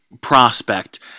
prospect